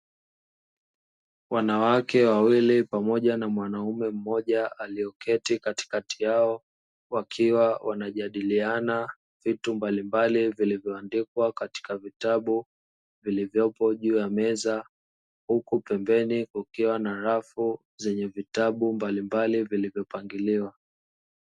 Wanawake wawili pamoja na mwanaume mmoja aliyeketi katikati yao, wakiwa wanajadiliana vitu mbalimbali vilivyoandikwa kwenye vitabu vilivo juu ya meza. Huku pembeni kukiwa na rafu zenye vitabu mbalimbali vilivyopangiliwa.